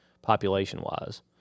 population-wise